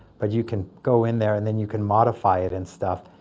but you can go in there, and then you can modify it and stuff.